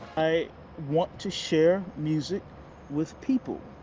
i want to share music with people.